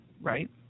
right